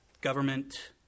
government